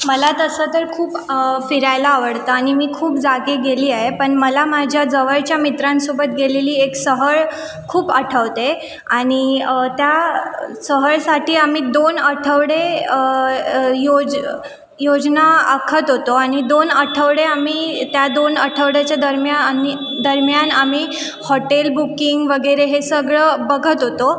मला तसं तर खूप फिरायला आवडतं आणि मी खूप जागी गेले आहे पण मला माझ्या जवळच्या मित्रांसोबत गेलेली एक सहल खूप आठवते आणि त्या सहलीसाठी आम्ही दोन आठवडे योज योजना आखत होतो आणि दोन आठवडे आम्ही त्या दोन आठवड्याच्या दरम्या आम्ही दरम्यान आम्ही हॉटेल बुकिंग वगैरे हे सगळं बघत होतो